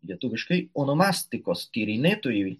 lietuviškai onomastikos tyrinėtojui